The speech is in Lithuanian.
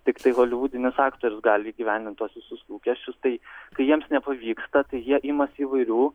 tiktai holivudinis aktorius gali įgyvendint tuos visus lūkesčius tai kai jiems nepavyksta tai jie imasi įvairių